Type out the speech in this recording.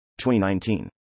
2019